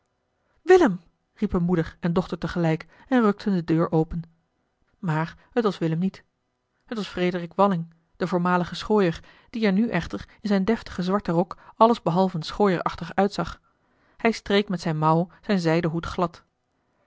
willem riepen moeder en dochter te gelijk en rukten de deur open maar het was willem niet t was frederik walling de voormalige schooier die er nu echter in zijn deftigen zwarten rok alles behalve schooierachtig uitzag hij streek met zijne mouw zijn zijden hoed glad